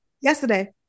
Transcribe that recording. yesterday